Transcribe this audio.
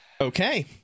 Okay